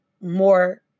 more